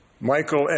Michael